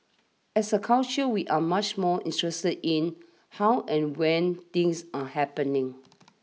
as a culture we are much more interested in how and when things are happening